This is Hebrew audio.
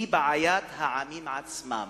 היא בעיית העמים עצמם.